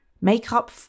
makeup